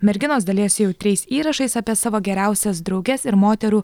merginos dalijasi jautriais įrašais apie savo geriausias drauges ir moterų